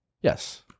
Yes